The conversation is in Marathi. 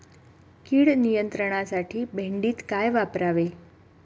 कीड नियंत्रणासाठी भेंडीत काय वापरावे?